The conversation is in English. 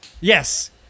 Yes